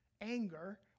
anger